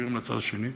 מעבירים לצד השני,